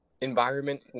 environment